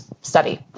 study